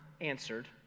answered